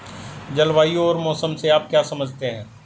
जलवायु और मौसम से आप क्या समझते हैं?